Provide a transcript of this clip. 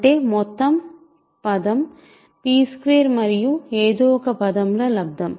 అంటే మొత్తం పదం p2మరియు ఏదో ఒక పదం లబ్దం